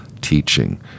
teaching